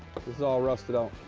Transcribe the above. is all rusted out.